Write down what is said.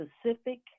specific